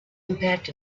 impact